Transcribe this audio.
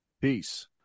peace